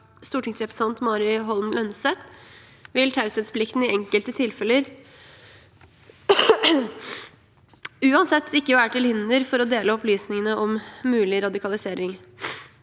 stortingsrepresentant Mari Holm Lønseth vil taushetsplikten i enkelte tilfeller uansett ikke være til hinder for å dele opplysningene om mulig radikalisering.